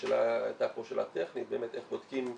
השאלה הייתה פה שאלה טכנית באמת איך בודקים.